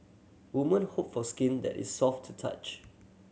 woman hope for skin that is soft to touch